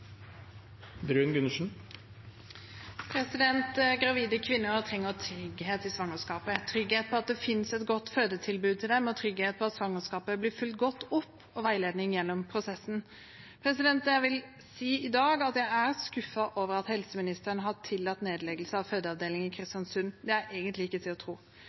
Gravide kvinner trenger trygghet i svangerskapet – trygghet for at det finnes et godt fødetilbud til dem, trygghet for at svangerskapet blir fulgt godt opp, og veiledning gjennom prosessen. Jeg vil si i dag at jeg er skuffet over at helseministeren har tillatt nedleggelse av fødeavdelingen i Kristiansund. Det er egentlig ikke til å tro.